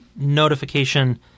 notification